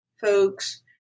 folks